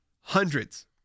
hundreds